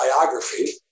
biography